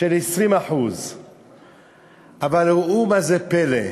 של 20%. אבל ראו זה פלא: